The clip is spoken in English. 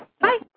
bye